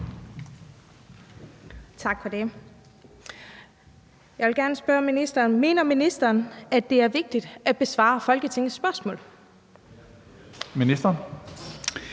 Tak for det. Jeg vil gerne spørge ministeren: Mener ministeren, at det er vigtigt at besvare Folketingets spørgsmål? Kl.